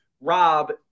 Rob